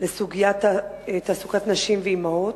לסוגיית תעסוקת נשים ואמהות?